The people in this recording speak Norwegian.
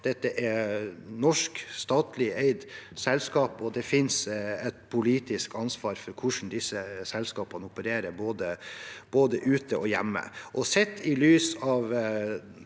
dette er et norsk statlig eid selskap, og det er et politisk ansvar for hvordan disse selskapene opererer, både ute og hjemme.